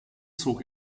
zog